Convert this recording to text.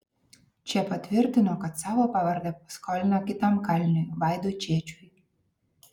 čiepa tvirtino kad savo pavardę paskolino kitam kaliniui vaidui čėčiui